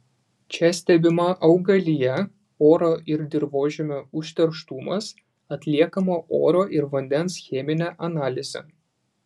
čia stebima augalija oro ir dirvožemio užterštumas atliekama oro ir vandens cheminė analizė